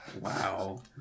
Wow